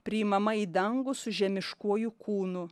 priimama į dangų su žemiškuoju kūnu